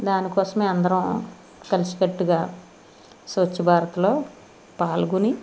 దానికోసమే అందరం కలిసికట్టుగా స్వచ్ఛభారత్లో పాల్గొని